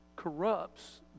corrupts